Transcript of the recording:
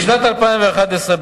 בשנת 2011,